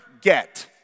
get